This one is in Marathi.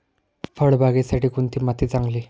फळबागेसाठी कोणती माती चांगली?